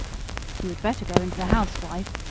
you had better go into the house, wife,